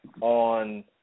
on